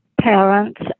parents